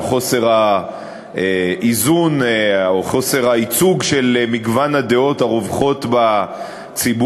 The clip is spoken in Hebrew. על חוסר האיזון או חוסר הייצוג של מגוון הדעות הרווחות בציבור.